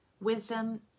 Wisdom